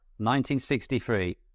1963